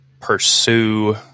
pursue